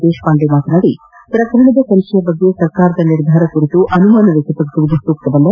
ದೇಶಪಾಂಡೆ ಮಾತನಾಡಿ ಪ್ರಕರಣದ ತನಿಬೆಯ ಬಗ್ಗೆ ಸರ್ಕಾರದ ನಿರ್ಧಾರ ಕುರಿತು ಅನುಮಾನ ವ್ಯಕ್ತಪಡಿಸುವುದು ಸೂಕ್ತವಲ್ಲ